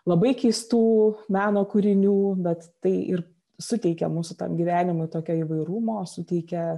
labai keistų meno kūrinių bet tai ir suteikia mūsų gyvenimui tokio įvairumo suteikia